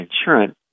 insurance